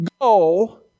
go